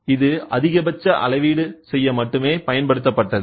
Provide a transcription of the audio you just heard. இது அதிகபட்ச அளவீடு செய்ய மட்டுமே பயன்படுத்தப்பட்டது